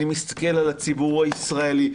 אני מסתכל על הציבור הישראלי,